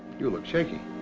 you look shaky.